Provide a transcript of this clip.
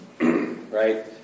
Right